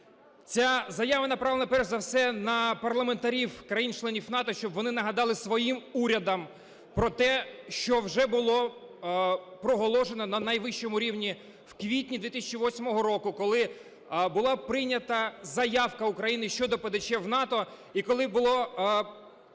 Ця заява направлена, перш зав все, на парламентарів країн-членів НАТО, щоб вони нагадали своїм урядам про те, що вже було проголошено на найвищому рівні в квітні 2008 року, коли була прийнята заявка України щодо ПДЧ в НАТО і коли було